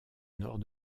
nord